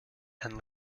and